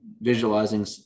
visualizing